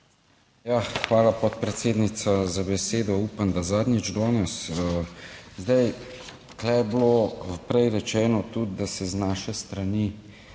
hvala podpredsednica za besedo, upam, da zadnjič danes. Zdaj, tu je bilo prej rečeno tudi, da se z naše strani